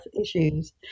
issues